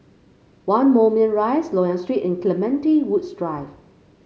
One Moulmein Rise Loyang Street and Clementi Woods Drive